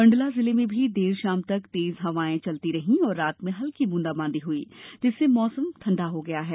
मंडला जिले में भी देर शाम तक तेज हवाए चलती रही और रात में हल्की बूंदाबांदी हुई है जिससे मौसम ठंडा हो गया है